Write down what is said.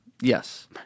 Yes